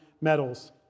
metals